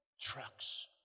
Trucks